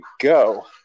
go